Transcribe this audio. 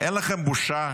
אין לכם בושה?